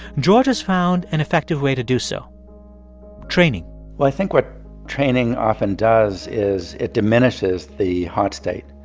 george has found an effective way to do so training well, i think what training often does is it diminishes the hot state.